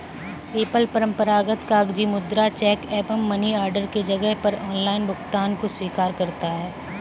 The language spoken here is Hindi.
पेपल परंपरागत कागजी मुद्रा, चेक एवं मनी ऑर्डर के जगह पर ऑनलाइन भुगतान को स्वीकार करता है